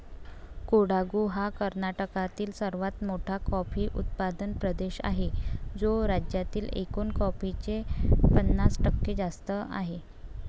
कोडागु हा कर्नाटकातील सर्वात मोठा कॉफी उत्पादक प्रदेश आहे, जो राज्यातील एकूण कॉफीचे पन्नास टक्के जास्त आहे